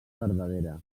verdadera